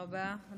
תודה רבה.